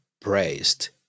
praised